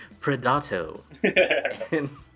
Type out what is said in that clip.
Predato